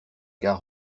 gars